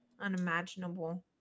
unimaginable